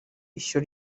ishyo